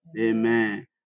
Amen